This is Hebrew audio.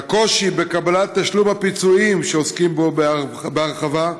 הקושי בקבלת תשלום הפיצויים, שעוסקים בו בהרחבה,